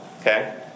Okay